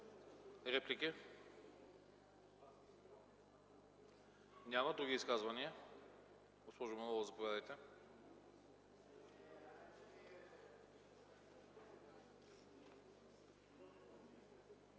Реплики? Няма. Други изказвания? Госпожо Манолова, заповядайте.